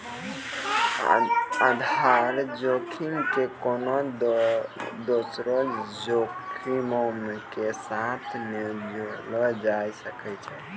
आधार जोखिम के कोनो दोसरो जोखिमो के साथ नै जोड़लो जाय सकै छै